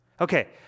Okay